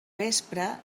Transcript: vespre